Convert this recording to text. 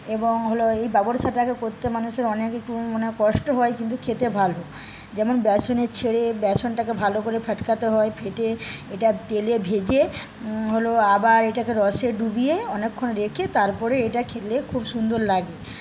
এবং হল এই বাবরশাটাকে করতে মানুষের অনেক মানে কষ্ট হয় কিন্তু খেতে ভালো যেমন বেসনে ছেড়ে বেসনটাকে ভালো করে ফ্যাটকাতে হয় ফেটিয়ে এটা তেলে ভেজে হল আবার এটাকে রসে ডুবিয়ে অনেকক্ষণ রেখে তারপরে এটা খেলে খুব সুন্দর লাগে